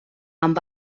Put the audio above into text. amb